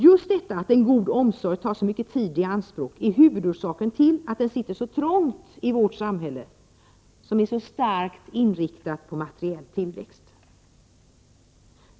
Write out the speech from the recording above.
Just det faktum att en god omsorg tar så mycket tid i anspråk är huvudorsaken till att den sitter så trångt i vårt samhälle, som är så starkt inriktat på materiell tillväxt.